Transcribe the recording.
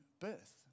birth